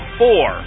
four